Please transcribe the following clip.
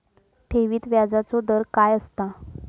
ठेवीत व्याजचो दर काय असता?